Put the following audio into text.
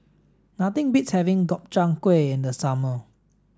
nothing beats having Gobchang gui in the summer